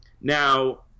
Now